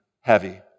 heavy